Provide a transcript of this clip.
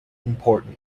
important